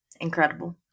Incredible